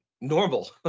normal